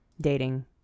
dating